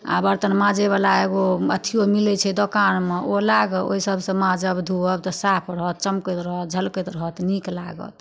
आ बरतन माँजयवला एगो अथिओ मिलैत छै दोकानमे ओ ला गे ओहिसभसँ माँजब धोअब तऽ साफ रहत चमकैत रहत झलकैत रहत नीक लागत